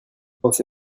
pensez